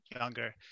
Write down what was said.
younger